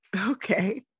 Okay